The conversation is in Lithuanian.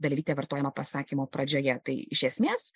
dalelytė vartojama pasakymo pradžioje tai iš esmės